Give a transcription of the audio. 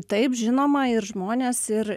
taip žinoma ir žmonės ir